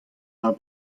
dra